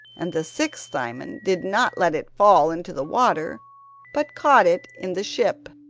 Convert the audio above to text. and the sixth simon did not let it fall into the water but caught it in the ship,